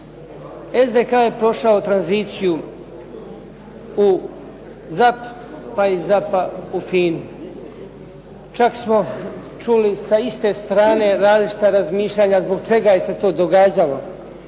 je prošao tranziciju u "ZAP", pa iz "ZAP"-a u "FINU". Čak smo čuli sa iste strane različita razmišljanja zbog čega je se to događalo.